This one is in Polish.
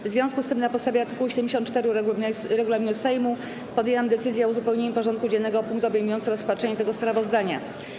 W związku z tym, na podstawie art. 74 regulaminu Sejmu, podjęłam decyzję o uzupełnieniu porządku dziennego o punkt obejmujący rozpatrzenie tego sprawozdania.